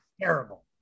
terrible